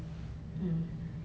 mm